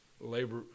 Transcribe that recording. labor